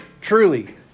Truly